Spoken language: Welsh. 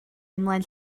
ymlaen